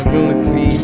unity